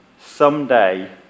someday